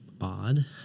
odd